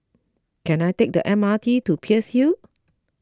Can I take the M R T to Peirce Hill